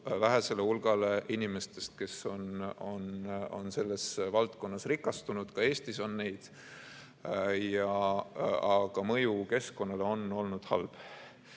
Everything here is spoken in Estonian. vähesele hulgale inimestele, kes on selles valdkonnas rikastunud, ka Eestis on neid. Aga mõju keskkonnale on olnud halb